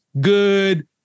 good